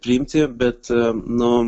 priimti bet nu